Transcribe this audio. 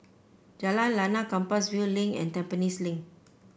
Jalan Lana Compassvale Link and Tampines Link